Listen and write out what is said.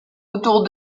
autour